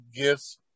gifts